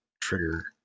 trigger